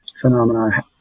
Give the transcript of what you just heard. phenomena